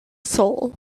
soul